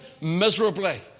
miserably